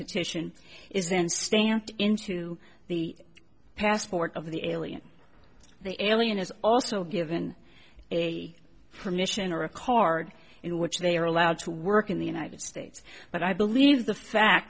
petition is then stamped into the passport of the alien the alien is also given a for mission or a card in which they are allowed to work in the united states but i believe the fact